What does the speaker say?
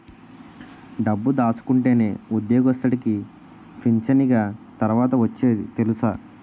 డబ్బు దాసుకుంటేనే ఉద్యోగస్తుడికి పింఛనిగ తర్వాత ఒచ్చేది తెలుసా